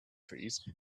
trees